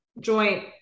joint